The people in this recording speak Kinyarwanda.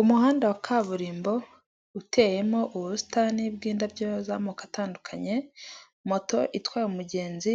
Umuhanda wa kaburimbo uteyemo ubusitani bw'indabyo z'amoko atandukanye moto itwaye umugenzi,